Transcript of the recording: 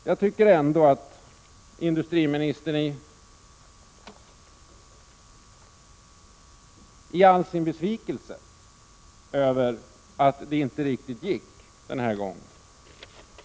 Jag tycker ändå att industriministern så fort som möjligt skall skaka av sig sin besvikelse över att det inte gick denna gång.